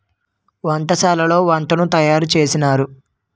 వంటశాలలో వంటలను తయారు చేసినారు